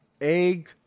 egg